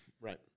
right